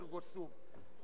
ergo sum,